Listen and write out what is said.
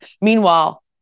Meanwhile